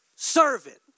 Servant